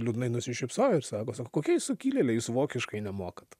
liūdnai nusišypsojo ir sako sako kokie jūs sukilėliai jūs vokiškai nemokat